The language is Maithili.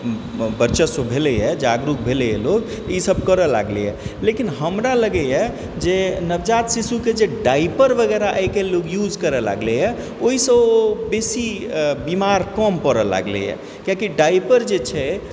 वर्चस्व भेलैए जागरुक भेलैए लोग ई सब करै लागलै यऽ लेकिन हमरा लगैए जे नवजात शिशुके जे डाइपर वगैरह आइके लोग यूज करऽ लागलै यऽ ओहिसँ ओ बेसी बीमार कम पड़ऽ लगलैए कियाकि डाइपर जे छै